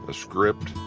ah script?